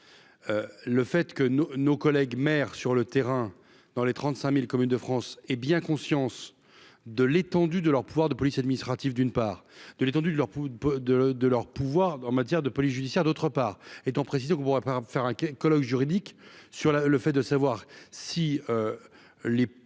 le fait que nos, nos collègues maires sur le terrain, dans les 35000 communes de France, hé bien conscience de l'étendue de leurs pouvoirs de police administrative d'une part de l'étendue de leur de, de, de leur pouvoir en matière de police judiciaire, d'autre part, étant précisé qu'ne pourra pas faire un colloque juridique sur la le fait de savoir si les prérogatives